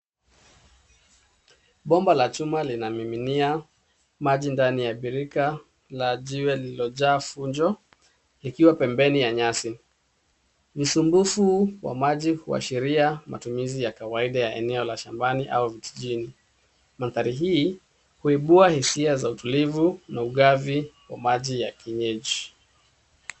Bomba la chuma linamiminia maji ndani ya birika la jiwe lililojaa fujo likiwa pembeni ya nyasi. Usumbufu wa maji ya sheria, matumizi ya kawaida eneo la shambani au vijijini. Mandhari hii huibua hisia za utulivu na maji ya mfereji.